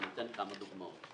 ואני אתן כמה דוגמאות.